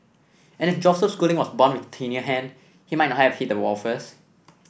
and if Joseph Schooling was born with a tinier hand he might not have hit the wall first